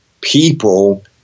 people